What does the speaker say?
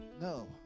No